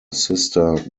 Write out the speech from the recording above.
sister